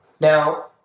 Now